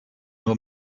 nur